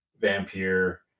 Vampire